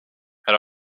had